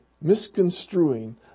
misconstruing